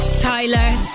Tyler